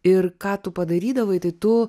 ir ką tu padarydavai tai tu